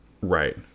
right